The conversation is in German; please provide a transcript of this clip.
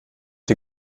die